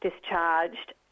discharged